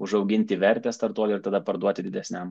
užauginti vertę startuolio ir tada parduoti didesniam